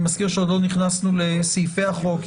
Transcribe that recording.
עוד לא נכנסנו לסעיפי החוק.